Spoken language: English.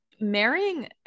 marrying